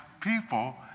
people